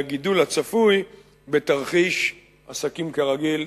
מהגידול הצפוי בתרחיש "עסקים כרגיל",